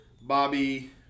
Bobby